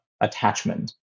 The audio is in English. attachment